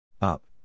Up